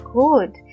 good